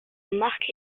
marc